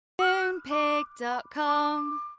Moonpig.com